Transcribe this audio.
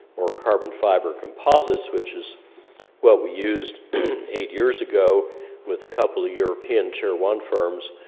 or carbon fiber composites, which is what we used eight years ago with a couple of european tier one firms